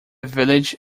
village